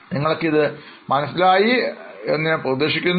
നിങ്ങൾക്ക് ഇത് മനസ്സിലായി എന്ന് ഞാൻ പ്രതീക്ഷിക്കുന്നു